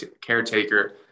caretaker